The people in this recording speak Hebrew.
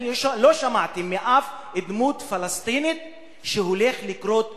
אני לא שמעתי מאף דמות פלסטינית שהולך לקרות משהו.